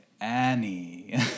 Annie